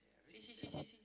see see see see see